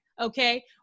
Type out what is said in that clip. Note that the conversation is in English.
okay